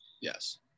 Yes